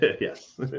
Yes